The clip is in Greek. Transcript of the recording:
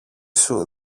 σου